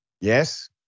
Yes